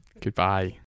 goodbye